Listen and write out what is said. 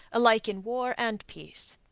alike in war and peace.